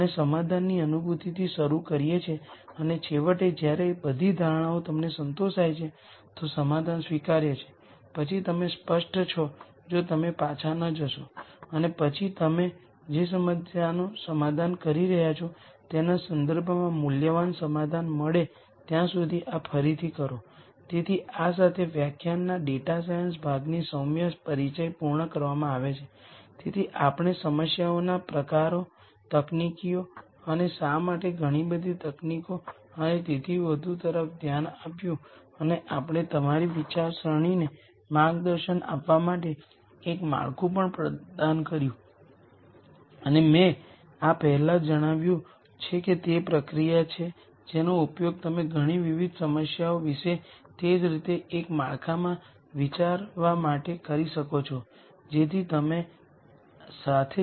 અને આમાંના ઘણા વિચારો એલ્ગોરિધમ્સમાં પણ ઉપયોગી છે જે કલાસીફીકેશન કરે છે ઉદાહરણ તરીકે અમે હાલ્ફ સ્પેસ વિશે વાત કરી અને તેથી વધુ અને આઇગન વૅલ્યુઝ આઇગન વેક્ટર ના નોશનનો ઉપયોગ લગભગ દરેક ડેટા સાયન્સના અલ્ગોરિધમમાં કરવામાં આવે છે ખાસ નોડ એક એલ્ગોરિધમ છે જેને પ્રિન્સીપલ કોમ્પોનેન્ટ એનાલિસિસ કહેવામાં આવે છે જેને આપણે પછીથી આ કોર્સમાં ચર્ચા કરીશું જ્યાં નલ સ્પેસ કોલમ વચ્ચેના જોડાણોના આ વિચારોનો વધુ ઉપયોગ થાય છે